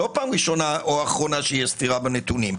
זו לא פעם ראשונה או אחרונה שיש סתירה בנתונים.